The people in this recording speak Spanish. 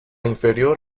inferior